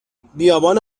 بیابان